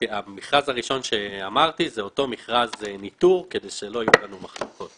המכרז הראשון שאמרתי הוא אותו מכרז ניטור כדי שלא יהיו לנו מחלוקות.